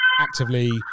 actively